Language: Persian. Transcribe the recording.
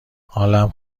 حالم